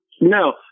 No